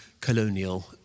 colonial